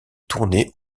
tournées